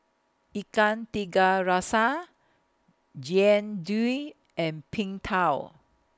Ikan Tiga Rasa Jian Dui and Png Tao